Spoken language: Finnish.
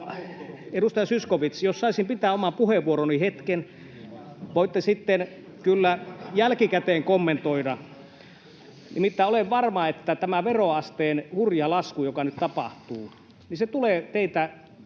Edustaja Zyskowicz, jos saisin pitää omaa puheenvuoroani hetken. Voitte kyllä sitten jälkikäteen kommentoida. — Nimittäin olen varma, että tämä veroasteen hurja lasku, joka nyt tapahtuu, tulee teitä